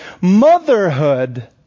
Motherhood